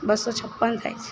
બસ્સો છપ્પન થાય છે